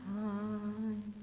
time